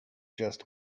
just